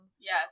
Yes